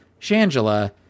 Shangela